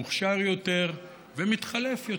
מוכשר יותר ומתחלף יותר.